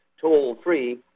toll-free